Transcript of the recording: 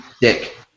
dick